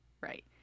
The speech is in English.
Right